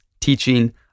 teaching